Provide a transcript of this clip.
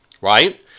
right